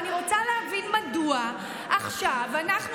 אני רוצה להבין מדוע עכשיו אנחנו,